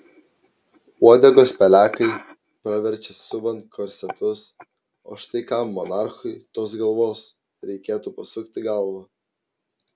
uodegos pelekai praverčia siuvant korsetus o štai kam monarchui tos galvos reikėtų pasukti galvą